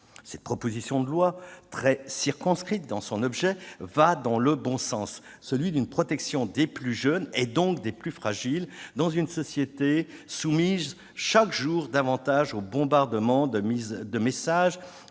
Cette proposition de loi, certes très circonscrite dans son objet, va dans le bon sens : celui de la protection des plus jeunes, et donc des plus fragiles, dans une société soumise chaque jour davantage au bombardement de messages